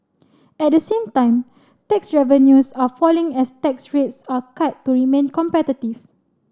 at the same time tax revenues are falling as tax rates are cut to remain competitive